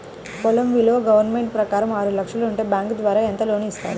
పొలం విలువ గవర్నమెంట్ ప్రకారం ఆరు లక్షలు ఉంటే బ్యాంకు ద్వారా ఎంత లోన్ ఇస్తారు?